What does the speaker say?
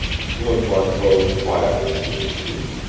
slim buck rose quietly to his feet.